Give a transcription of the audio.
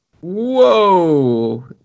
Whoa